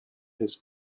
his